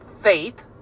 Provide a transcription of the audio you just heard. faith